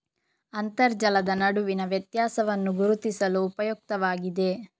ಅಂತರ್ಜಲದ ನಡುವಿನ ವ್ಯತ್ಯಾಸವನ್ನು ಗುರುತಿಸಲು ಉಪಯುಕ್ತವಾಗಿದೆ